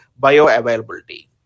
bioavailability